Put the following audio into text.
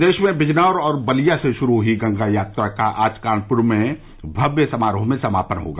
प्रदेश में बिजनौर और बलिया से शुरू हुई गंगा यात्रा का आज कानपुर में भव्य समारोह में समापन होगा